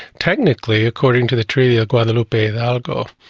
technically, according to the treaty of guadalupe hidalgo,